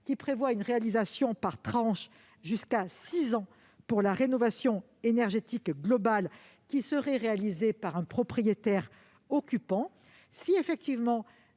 à prévoir une réalisation par tranches jusqu'à six ans lorsqu'une rénovation énergétique globale est réalisée par un propriétaire occupant. Si des ajustements